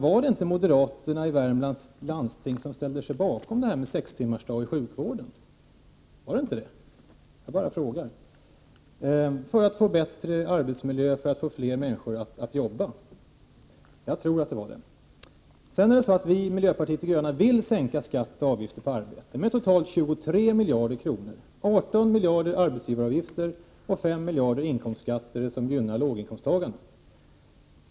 Var det inte moderaterna i Värmlands landsting som ställde sig bakom sex timmars arbetsdag i sjukvården för att få bättre arbetsmiljö och för att få fler människor att arbeta? Jag bara frågar. Jag tror att det var så. Vi i miljöpartiet de gröna vill sänka skatter och avgifter på arbete med totalt 23 miljarder kronor, 18 miljarder i arbetsgivaravgifter och 5 miljarder i inkomstskatter som skall gynna låginkomsttagarna.